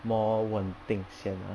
more 稳定先啦